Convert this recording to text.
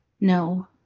No